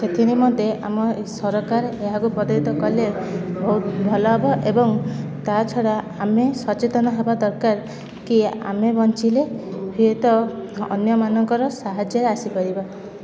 ସେଥିନିମନ୍ତେ ଆମ ସରକାର ଏହାକୁ ପ୍ରଦତ୍ତିତ କଲେ ଭୋଉତ ଭଲ ହବ ଏବଂ ତା ଛଡ଼ା ଆମେ ସଚେତନ ହେବା ଦରକାର କି ଆମେ ବଞ୍ଚିଲେ ହୁଏତ ଅନ୍ୟମାନଙ୍କର ସାହାଯ୍ୟରେ ଆସିପାରିବା